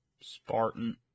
Spartan